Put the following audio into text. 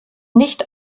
nicht